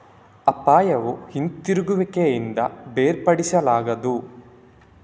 ಅಪಾಯವು ಹಿಂತಿರುಗುವಿಕೆಯಿಂದ ಬೇರ್ಪಡಿಸಲಾಗದು